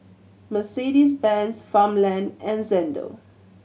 Mercedes Benz Farmland and Xndo